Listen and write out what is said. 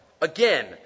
Again